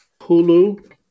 Hulu